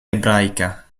ebraica